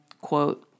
quote